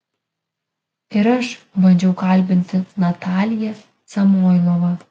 ir aš bandžiau kalbinti nataliją samoilovą